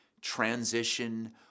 transition